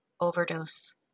overdose